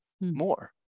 more